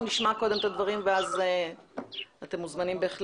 או נשמע קודם את הדברים ואז אתם מוזמנים.